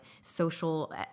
social